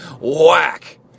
Whack